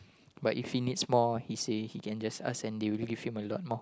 but if he needs more he say he can just ask and they will give him a lot more